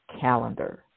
calendar